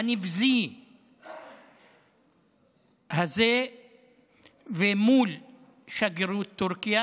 הנבזי הזה מול שגרירות טורקיה,